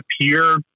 appear